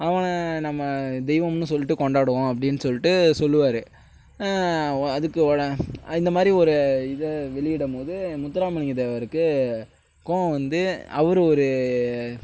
அவன் நம்ம தெய்வம்னு சொல்லிட்டு கொண்டாடுவோம் அப்டின்னு சொல்லிட்டு சொல்லுவார் அதுக்கு இந்த மாதிரி ஒரு இத வெளியிடும்போது முத்துராமலிங்க தேவருக்கு கோபம் வந்து அவரும் ஒரு